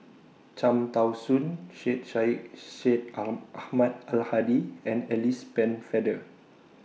Cham Tao Soon Sheikh Syed Sheikh Ahmad Al Hadi and Alice Pennefather